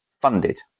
funded